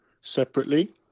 separately